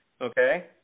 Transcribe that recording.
Okay